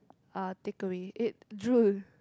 uh takeaway eh drool